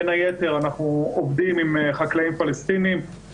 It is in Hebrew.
בין היתר אנחנו עובדים עם חקלאים פלסטינים.